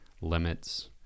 limits